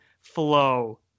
flow